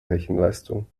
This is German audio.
rechenleistung